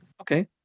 okay